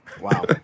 Wow